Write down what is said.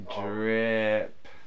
drip